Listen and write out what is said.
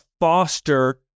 foster